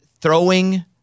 throwing